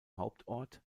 hauptort